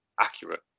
accurate